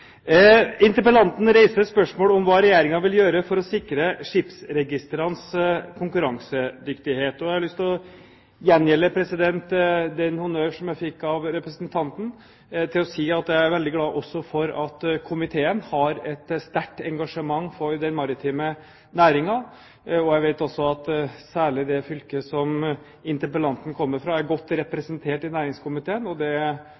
Interpellanten reiser spørsmål om hva Regjeringen vil gjøre for å sikre skipsregistrenes konkurransedyktighet. Jeg har lyst til å gjengjelde den honnør jeg fikk av ham, og si at jeg er veldig glad for at også komiteen har et sterkt engasjement for den maritime næringen. Jeg vet at særlig det fylket som interpellanten kommer fra, er godt representert i næringskomiteen. Det